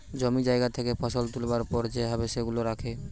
জমি জায়গা থেকে ফসল তুলবার পর যে ভাবে সেগুলা রাখে